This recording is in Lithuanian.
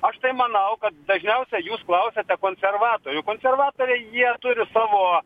aš tai manau kad dažniausiai jūs klausiate konservatorių konservatoriai jie turi savo